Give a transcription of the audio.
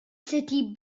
city